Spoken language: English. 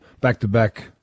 back-to-back